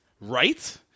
right